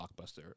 blockbuster